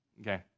Okay